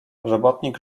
robotnik